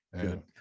Good